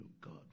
God